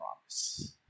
promise